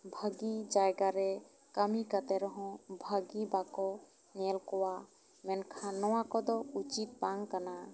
ᱵᱷᱟᱹᱜᱤ ᱡᱟᱭᱜᱟ ᱨᱮ ᱠᱟᱹᱢᱤ ᱠᱟᱛᱮ ᱨᱮ ᱦᱚᱸ ᱵᱷᱟᱹᱜᱤ ᱵᱟᱠᱚ ᱧᱮᱞ ᱠᱚᱣᱟ ᱢᱮᱱᱠᱷᱟᱱ ᱱᱚᱣᱟ ᱠᱚᱫᱚ ᱩᱪᱤᱛ ᱵᱟᱝ ᱠᱟᱱᱟ